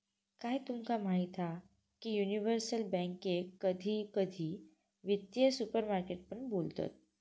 काय तुमका माहीत हा की युनिवर्सल बॅन्केक कधी कधी वित्तीय सुपरमार्केट पण बोलतत